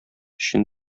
өчен